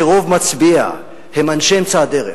שרוב מצביעיה הם אנשי אמצע הדרך.